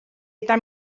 eta